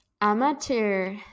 Amateur